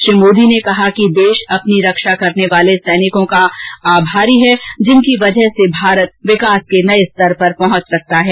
श्री मोदी ने कहा कि देश अपनी रक्षा करने वाले सैनिकों का आभारी हैं जिनकी वजह से भारत विकास के नए स्तर पर पहुंच सकता है